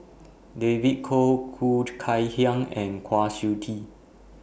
David Kwo Khoo Kay Hian and Kwa Siew Tee